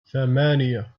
ثمانية